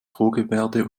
drohgebärde